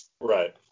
Right